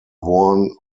worn